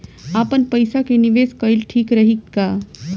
आपनपईसा के निवेस कईल ठीक रही का?